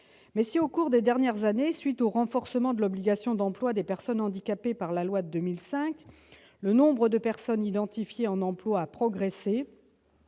Mais si, au cours des dernières années, à la suite du renforcement de l'obligation d'emploi des personnes handicapées par la loi de 2005, le nombre de personnes identifiées en emploi a progressé,